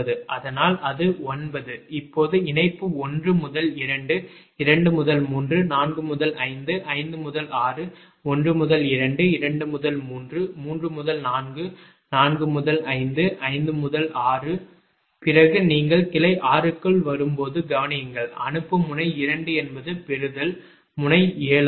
அதனால் அது 9 இப்போது இணைப்பு 1 முதல் 2 2 முதல் 3 4 முதல் 5 5 முதல் 6 1 முதல் 2 2 முதல் 3 3 முதல் 4 4 முதல் 5 5 முதல் 6 வலது பிறகு நீங்கள் கிளை 6 க்குள் வரும்போது கவனியுங்கள் அனுப்பும் முனை 2 என்பது பெறுதல் முனை 7 ஆகும்